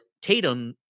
Tatum